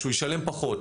שהוא ישלם פחות,